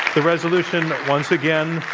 the resolution, once again,